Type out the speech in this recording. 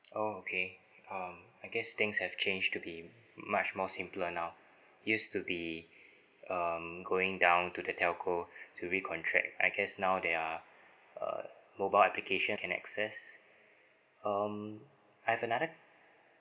oh okay um I guess things have changed to be much more simpler now used to be um going down to the telco to recontract I guess now there are uh mobile application can access um I've another